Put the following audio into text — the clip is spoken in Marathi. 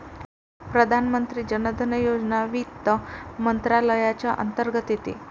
प्रधानमंत्री जन धन योजना वित्त मंत्रालयाच्या अंतर्गत येते